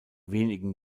wenigen